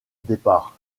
départs